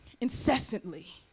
incessantly